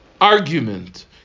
argument